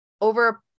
over